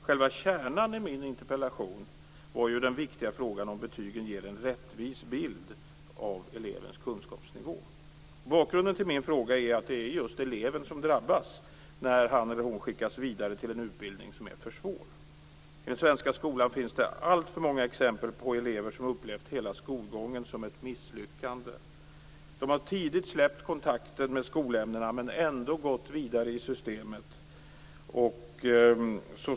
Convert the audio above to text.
Själva kärnan i min interpellation var den viktiga frågan om betygen ger en rättvis bild av elevens kunskapsnivå. Bakgrunden till min fråga är att det just är eleven som drabbas när han eller hon skickas vidare till en utbildning som är för svår. I den svenska skolan finns det alltför många exempel på elever som har upplevt hela skolgången som ett misslyckande. De har tidigt släppt kontakten med skolämnena, men ändå gått vidare i systemet.